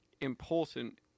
important